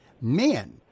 Men